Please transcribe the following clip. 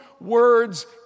words